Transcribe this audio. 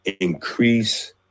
Increase